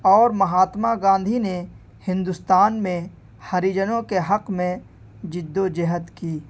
اور مہاتما گاندھی نے ہندوستان میں ہریجنوں کے حق میں جد و جہد کی